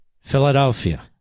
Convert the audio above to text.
Philadelphia